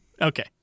Okay